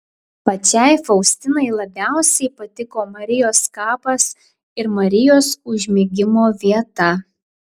pačiai faustinai labiausiai patiko marijos kapas ir marijos užmigimo vieta